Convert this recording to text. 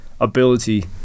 ability